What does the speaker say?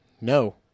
no